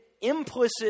implicit